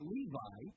Levi